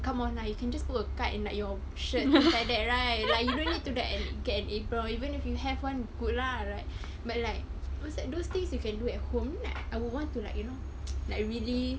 come on lah you can just put a card in like your shirt like that right like you don't really need to get an apron even if you have one good lah right but like what's that those things you can do at home I mean like I would want to like you know like really